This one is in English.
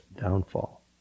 downfall